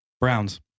Browns